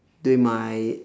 during my